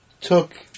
took